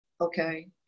Okay